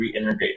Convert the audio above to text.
reintegrate